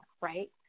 right